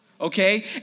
okay